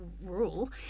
rule